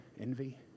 envy